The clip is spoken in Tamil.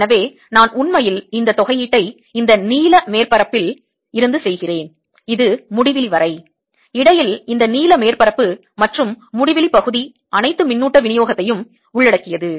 எனவே நான் உண்மையில் இந்த தொகையீட்டை இந்த நீல மேற்பரப்பில் இருந்து செய்கிறேன் இது முடிவிலி வரை இடையில் இந்த நீல மேற்பரப்பு மற்றும் முடிவிலி பகுதி அனைத்து மின்னூட்ட விநியோகத்தையும் உள்ளடக்கியது